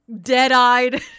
dead-eyed